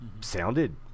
sounded